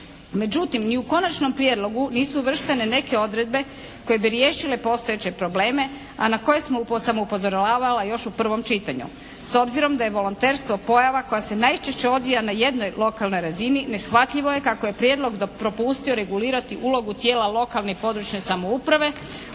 Međutim, ni u konačnom prijedlogu nisu uvrštene neke odredbe koje bi riješile postojeće probleme a na koje sam upozoravala još u prvom čitanju. S obzirom da je volonterstvo pojava koja se najčešće odvija na jednoj lokalnoj razini neshvatljivo je kako je prijedlog propustio regulirati ulogu tijela lokalne i područne samouprave